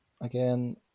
again